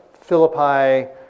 Philippi